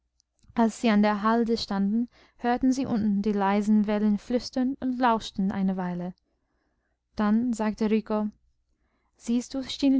als sie an der halde standen hörten sie unten die leisen wellen flüstern und lauschten eine weile dann sagte rico siehst du